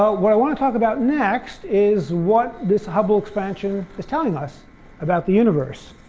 ah what i want to talk about next is what this hubble expansion is telling us about the universe,